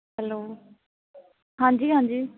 hello ਹਾਂਜੀ ਹਾਂਜੀ